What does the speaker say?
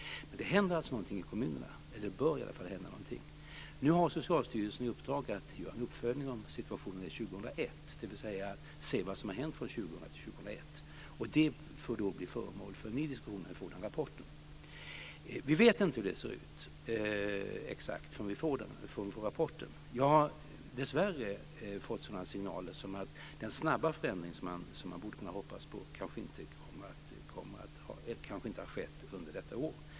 Det händer alltså någonting i kommunerna, eller bör i varje fall hända någonting. Nu har Socialstyrelsen i uppdrag att göra en uppföljning av hur situationen är 2001, dvs. att man ska se vad som har hänt 2000-2001. När vi får den rapporten får den bli föremål för en ny diskussion. Vi vet inte exakt hur det ser ut förrän vi får rapporten. Jag har dessvärre fått sådana signaler som att den snabba förändring som man borde ha kunnat hoppas på kanske inte har skett under detta år.